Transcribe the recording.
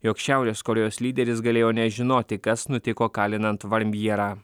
jog šiaurės korėjos lyderis galėjo nežinoti kas nutiko kalinant varmjierą